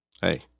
Hey